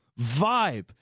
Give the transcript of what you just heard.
vibe